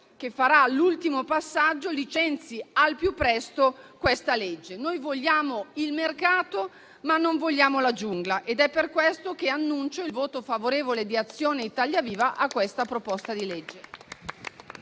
che farà l'ultimo passaggio, licenzi al più presto questo provvedimento. Noi vogliamo il mercato, ma non vogliamo la giungla. È per questo che annuncio il voto favorevole di Azione-Italia Viva sul disegno di legge